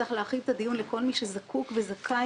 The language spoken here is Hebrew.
צריך להרחיב את הדיון לכל מי שזקוק וזכאי